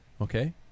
Okay